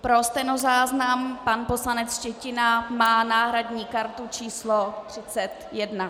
Pro stenozáznam pan poslanec Štětina má náhradní kartu číslo 31.